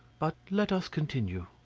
but let us continue.